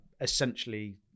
essentially